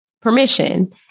Permission